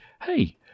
hey